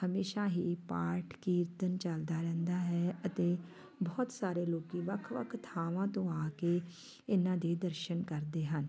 ਹਮੇਸ਼ਾਂ ਹੀ ਪਾਠ ਕੀਰਤਨ ਚਲਦਾ ਰਹਿੰਦਾ ਹੈ ਅਤੇ ਬਹੁਤ ਸਾਰੇ ਲੋਕ ਵੱਖ ਵੱਖ ਥਾਵਾਂ ਤੋਂ ਆ ਕੇ ਇਹਨਾਂ ਦੇ ਦਰਸ਼ਨ ਕਰਦੇ ਹਨ